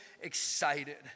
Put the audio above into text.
excited